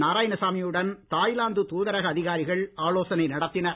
நாராயணசாமியுடன் Thailand தூதரக அதிகாரிகள் ஆலோசனை நடத்தினர்